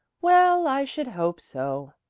well, i should hope so.